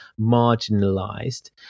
marginalized